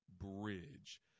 Bridge